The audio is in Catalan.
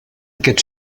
aquest